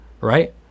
Right